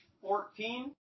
Fourteen